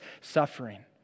suffering